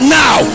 now